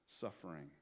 suffering